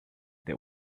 they